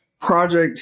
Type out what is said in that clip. project